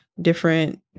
different